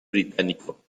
británico